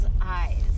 eyes